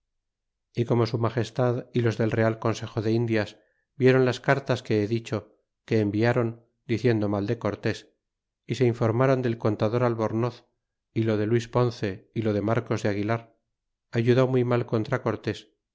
y como su magestad y los del real consejo de indias vieron las cartas que he dicho que envi a ron diciendo mal de cortés y se informaron del contador albornoz é lo de luis ponce é lo de marcos de aguilar ayudó muy mal contra